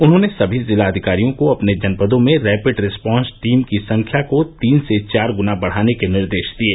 उन्होंने समी जिलाधिकारियों को अपने जनपदों में रैपिड रिस्पॉन्स टीम की संख्या को तीन से चार गुना बढ़ाने के निर्देश दिये